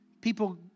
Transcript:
people